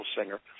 singer